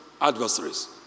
adversaries